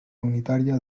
unitària